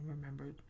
remembered